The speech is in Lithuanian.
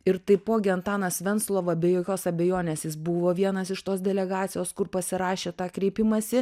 ir taipogi antanas venclova be jokios abejonės jis buvo vienas iš tos delegacijos kur pasirašė tą kreipimąsi